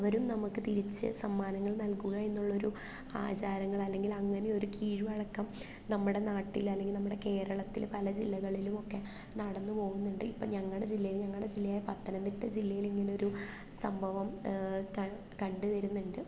അവരും നമുക്ക് തിരിച്ച് സമ്മാനങ്ങൾ നൽകുക എന്നുള്ളൊരു ആചാരങ്ങൾ അല്ലെങ്കിൽ അങ്ങനെ ഒരു കീഴ്വഴക്കം നമ്മുടെ നാട്ടിൽ അല്ലെങ്കിൽ നമ്മുടെ കേരളത്തിൽ പല ജില്ലകളിലുമൊക്കെ നടന്നുപോകുന്നുണ്ട് ഇപ്പം ഞങ്ങളുടെ ജില്ലയിൽ ഞങ്ങളുടെ ജില്ലയായ പത്തനംതിട്ട ജില്ലയിൽ ഇങ്ങനെയൊരു സംഭവം കണ്ടുവരുന്നുണ്ട്